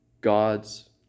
gods